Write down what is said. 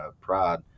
Pride